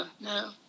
No